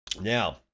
Now